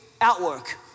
outwork